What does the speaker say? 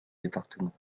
départements